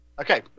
okay